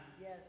Yes